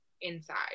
inside